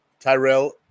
Tyrell